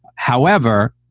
however,